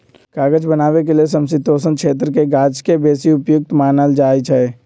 कागज बनाबे के लेल समशीतोष्ण क्षेत्रके गाछके बेशी उपयुक्त मानल जाइ छइ